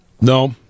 no